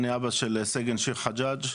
אני אבא של סגן שיר חגא'ג',